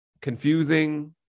Confusing